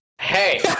Hey